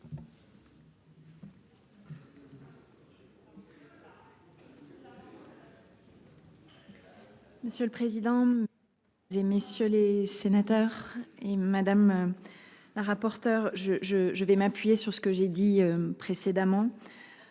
Monsieur le président. Et messieurs les sénateurs. Et madame. La rapporteure je je je vais m'appuyer sur ce que j'ai dit précédemment.